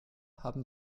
haben